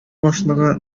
башлыгы